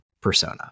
persona